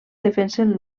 defensen